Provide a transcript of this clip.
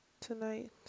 tonight